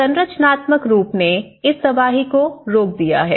संरचनात्मक रूप ने इस तबाही को रोक दिया है